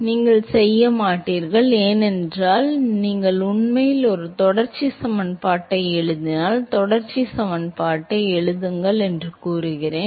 நீங்கள் செய்ய மாட்டீர்கள் ஏனென்றால் நீங்கள் உண்மையில் ஒரு தொடர்ச்சி சமன்பாட்டை எழுதினால் தொடர்ச்சி சமன்பாட்டை எழுதுங்கள் என்று கூறுகிறீர்கள்